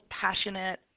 passionate